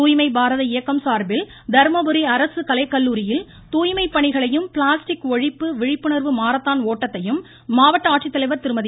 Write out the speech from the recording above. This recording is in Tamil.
தூய்மை பாரத இயக்கம் சார்பில் தர்மபுரி அரசு கலைக் கல்லூரியில் தூய்மைப் பணிகளையும் பிளாஸ்டிக் ஒழிப்பு விழிப்புணர்வு மாரத்தான் ஓட்டத்தையும் மாவட்ட ஆட்சித்தலைவர் திருமதி